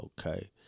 Okay